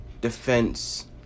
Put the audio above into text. defense